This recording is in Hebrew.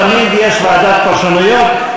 תמיד יש ועדת פרשנויות.